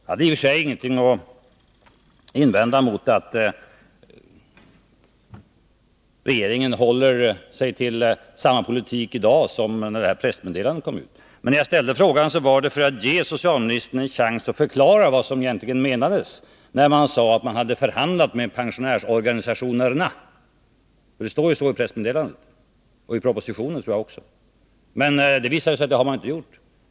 Jag har i och för sig ingenting att invända mot att regeringen håller sig till samma politik i dag som när pressmeddelandet kom ut. Men när jag ställde frågan, var det för att ge socialministern en chans att förklara vad som egentligen menades när man sade att man hade förhandlat med pensionärsorganisationerna — det står ju så i pressmeddelandet, och i propositionen också, tror jag. Men det visade sig att man inte har gjort det.